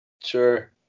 sure